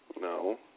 No